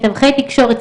מתווכי תקשורת,